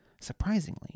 Surprisingly